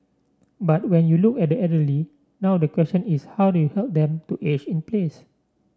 but when you look at elderly now the question is how do you help them to age in place